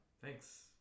Thanks